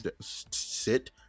sit